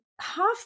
half